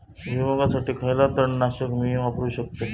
भुईमुगासाठी खयला तण नाशक मी वापरू शकतय?